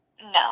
No